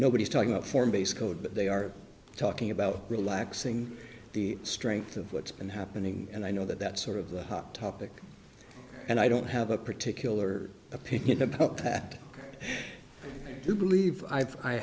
nobody's talking about form based code but they are talking about relaxing the strength of what's been happening and i know that that sort of the hot topic and i don't have a particular opinion about that i do believe i